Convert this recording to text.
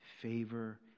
favor